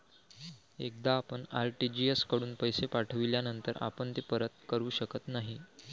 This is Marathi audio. एकदा आपण आर.टी.जी.एस कडून पैसे पाठविल्यानंतर आपण ते परत करू शकत नाही